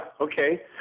okay